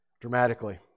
dramatically